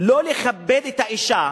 לא לכבד את האשה,